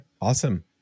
awesome